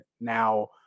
now